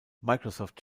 microsoft